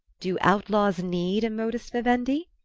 do outlaws need a modus vivendi?